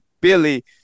Billy